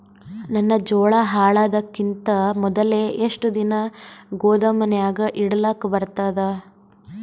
ನನ್ನ ಜೋಳಾ ಹಾಳಾಗದಕ್ಕಿಂತ ಮೊದಲೇ ಎಷ್ಟು ದಿನ ಗೊದಾಮನ್ಯಾಗ ಇಡಲಕ ಬರ್ತಾದ?